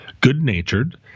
good-natured